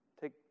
Take